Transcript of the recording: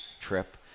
trip